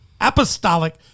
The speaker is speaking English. apostolic